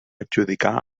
adjudicar